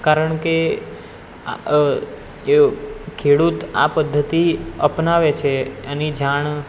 કારણ કે આ એ ખેડૂત આ પદ્ધતિ અપનાવે છે એની જાણ